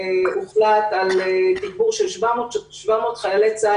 הוחלט על תגבור של 700 חיילי צה"ל